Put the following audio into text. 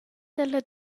dalla